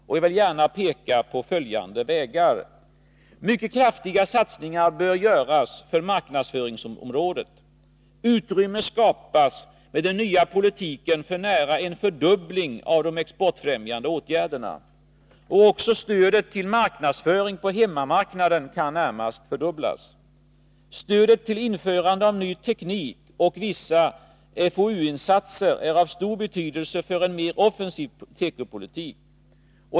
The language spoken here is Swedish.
Jag vill gärna peka på följande vägar: Mycket kraftiga satsningar bör göras på marknadsföringsområdet. Utrymme skapas med den nya politiken för nära en fördubbling av de exportfrämjande åtgärderna. Också stödet till marknadsföring på hemmamarknaden kan närmast fördubblas. Stödet till införande av ny teknik och vissa forskningsoch utvecklingsinsatser är av stor betydelse för en mer offensiv tekopolitik.